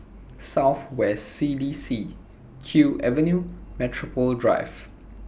South West C D C Kew Avenue Metropole Drive